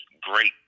great